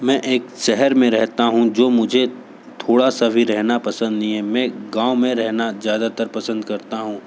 मैं एक शहर में रहता हूँ जो मुझे थोड़ा सा भी रहना पसंद नहीं है मैं गाँव में रहना ज़्यादातर पसंद करता हूँ